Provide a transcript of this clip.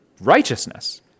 righteousness